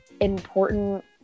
important